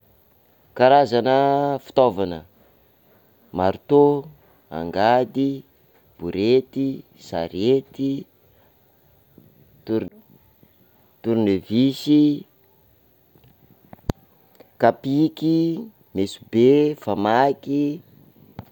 Karazana fitaovana: maritô, angady, borety, sarety, tor- tornevisy, kapiky, mesobe, famaky.